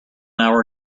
hour